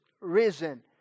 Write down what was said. risen